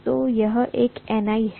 तो यह एक Ni है